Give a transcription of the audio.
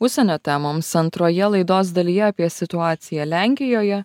užsienio temoms antroje laidos dalyje apie situaciją lenkijoje